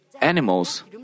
animals